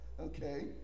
okay